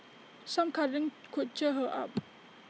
some cuddling could cheer her up